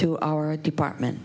to our department